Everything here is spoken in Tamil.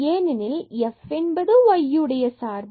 ஏனெனில் f என்பது y உடைய சார்பு